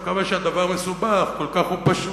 עכשיו, כמה שהדבר מסובך, כל כך הוא פשוט.